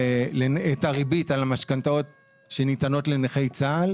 הריבית על המשכנתאות שניתנות לנכי צה"ל.